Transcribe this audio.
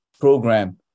program